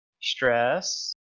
Stress